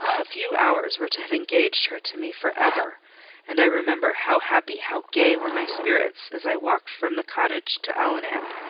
a few hours were to have engaged her to me for ever and i remember how happy, how gay were my spirits, as i walked from the cottage to allenham,